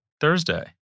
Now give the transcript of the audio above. Thursday